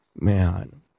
Man